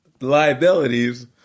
liabilities